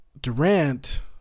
Durant